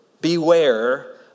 Beware